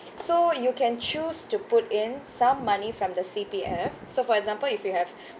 so you can choose to put in some money from the C_P_F so for example if you have